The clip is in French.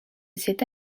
cette